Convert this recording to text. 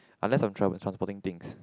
unless I'm trav~ transporting things